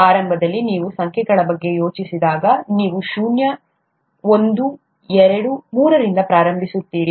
ಆರಂಭದಲ್ಲಿ ನೀವು ಸಂಖ್ಯೆಗಳ ಬಗ್ಗೆ ಯೋಚಿಸಿದಾಗ ನೀವು ಶೂನ್ಯ ಒಂದು ಎರಡು ಮೂರರಿಂದ ಪ್ರಾರಂಭಿಸುತ್ತೀರಿ